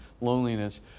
loneliness